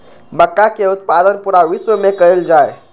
मक्का के उत्पादन पूरा विश्व में कइल जाहई